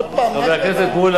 עוד פעם, מה קרה?